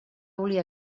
volia